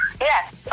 yes